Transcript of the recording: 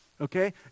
okay